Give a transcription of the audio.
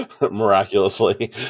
Miraculously